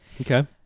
Okay